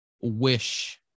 wish